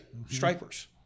stripers